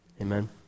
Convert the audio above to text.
Amen